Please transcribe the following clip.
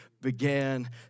began